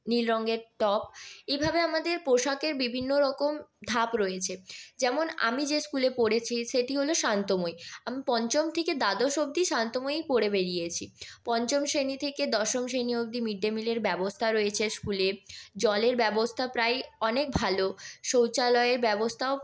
নীল রঙের টপ এভাবে আমাদের পোশাকের বিভিন্ন রকম ধাপ রয়েছে যেমন আমি যে স্কুলে পড়েছি সেটি হল শান্তময়ী আমি পঞ্চম থেকে দ্বাদশ অব্দি শান্তময়ী পড়ে বেড়িয়েছি পঞ্চম শ্রেণী থেকে দশম শ্রেণী অব্দি মিড ডে মিলের ব্যবস্থা রয়েছে স্কুলে জলের ব্যবস্থা প্রায় অনেক ভালো শৌচালয়ের ব্যবস্থাও